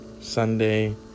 Sunday